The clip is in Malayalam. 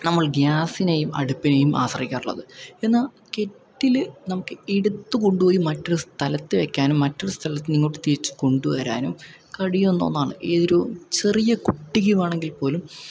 നമ്മള് ഗ്യാസിനേയും അടുപ്പിനേയും ആശ്രയിക്കാറുളളത് എന്നാൽ കെറ്റില് നമുക്ക് എടുത്തു കൊണ്ട് പോയി മറ്റൊരു സ്ഥലത്ത് വയ്ക്കാനും മറ്റൊരു സ്ഥലത്തുന്ന് ഇങ്ങോട്ട് തിരിച്ച് കൊണ്ടുവരാനും കഴിയുന്നൊന്നാണ് ഏതൊരു ചെറിയ കുട്ടിയെ വേണെങ്കിൽ പോലും